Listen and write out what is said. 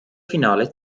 finale